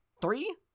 Three